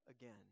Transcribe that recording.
again